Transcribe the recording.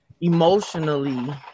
emotionally